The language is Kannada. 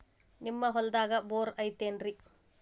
ನಿಮ್ಮ ಹೊಲ್ದಾಗ ಬೋರ್ ಐತೇನ್ರಿ?